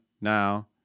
now